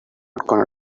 gonna